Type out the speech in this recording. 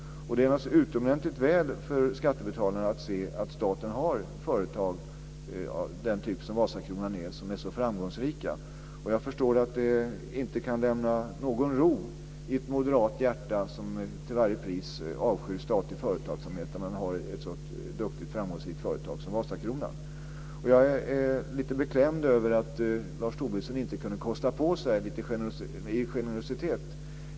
Det är naturligtvis utomordentligt väl för skattebetalarna att se att staten har företag av samma typ som Vasakronan som är så framgångsrika. Jag förstår att det inte kan lämna någon ro i ett moderat hjärta som till varje pris avskyr statlig företagsamhet att man har ett så duktigt och framgångsrikt företag som Jag är dock lite beklämd över att Lars Tobisson inte kunde kosta på sig lite generositet.